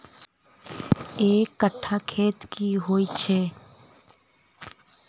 एक कट्ठा खेत की होइ छै?